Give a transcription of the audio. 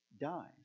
dies